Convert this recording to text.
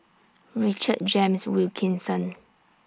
Richard James Wilkinson